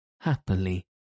Happily